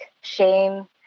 shame